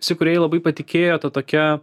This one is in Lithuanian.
visi kūrėjai labai patikėjo ta tokia